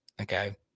Okay